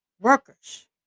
workers